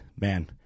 man